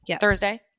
Thursday